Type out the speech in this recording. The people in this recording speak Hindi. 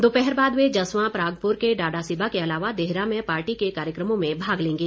दोपहर बाद वे जस्वां परागपुर के डाडासीबा के अलावा देहरा में पार्टी के कार्यक्रमों में भाग लेंगे